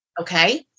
Okay